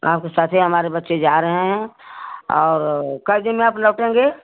आपके साथे हमारे बच्चे जा रहे हैं और कै दिन में आप लौटेंगे